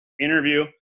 interview